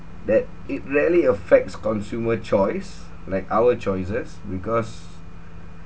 that it really affects consumer choice like our choices because